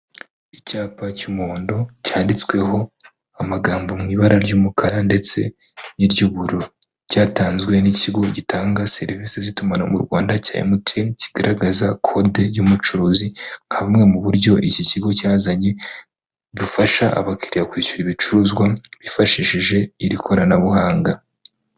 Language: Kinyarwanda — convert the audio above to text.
Icyapa cy'umuhondo, cyanditsweho amagambo mu ibara ry'umukara ndetse n'iry'ubururu, cyatanzwe n'ikigo gitanga serivisi z'itumanaho mu Rwanda cya MTN, kigaragaza kode y'umucuruzi nka bumwe mu buryo iki kigo cyazanye, bufasha abakiriya kwishyura ibicuruzwa bifashishije iri koranabuhanga.